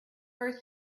first